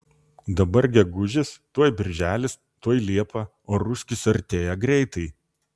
dabar gegužis tuoj birželis tuoj liepa o ruskis artėja greitai